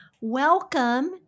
welcome